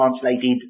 translated